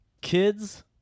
kids